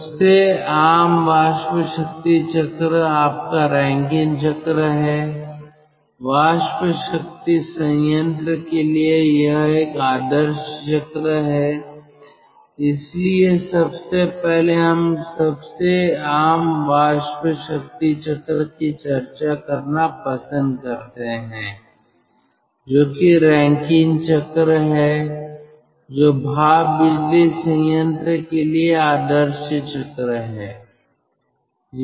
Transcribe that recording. सबसे आम वाष्प शक्ति चक्र आपका रैंकिन चक्र है वाष्प शक्ति संयंत्र के लिए यह एक आदर्श चक्र है इसलिए सबसे पहले हम सबसे आम वाष्प शक्ति चक्र की चर्चा करना पसंद करते हैं जो कि रैंकिन चक्र है जो भाप बिजली संयंत्र के लिए आदर्श चक्र है